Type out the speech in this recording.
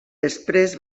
després